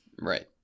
right